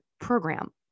program